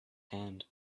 hand